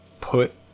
put